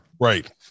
Right